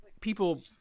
people